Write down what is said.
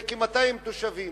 זה כ-200 תושבים,